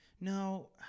No